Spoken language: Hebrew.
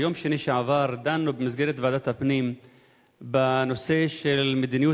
ביום שני שעבר דנו בוועדת הפנים בנושא מדיניות